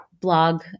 blog